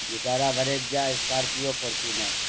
Vitara Brezza scorpio Fortuner